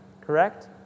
correct